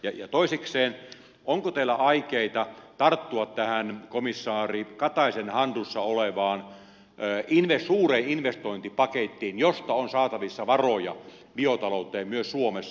ja toisekseen onko teillä aikeita tarttua tähän komissaari kataisen hallinnassa olevaan suureen investointipakettiin josta on niin luulen saatavissa varoja biotalouteen myös suomessa